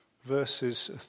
Verses